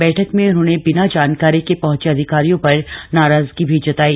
बैठक में उन्होंने बिना जानकारी के पहंचे अधिकारियों पर नाराजगी भी जताई